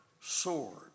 sword